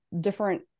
different